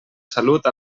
salut